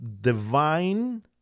divine